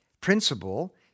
principle